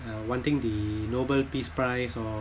uh wanting the nobel peace prize or